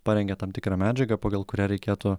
parengė tam tikrą medžiagą pagal kurią reikėtų